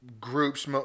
groups